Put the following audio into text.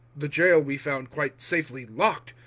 the jail we found quite safely locked,